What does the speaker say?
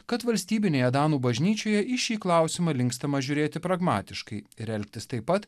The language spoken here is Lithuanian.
kad valstybinėje danų bažnyčioje į šį klausimą linkstama žiūrėti pragmatiškai ir elgtis taip pat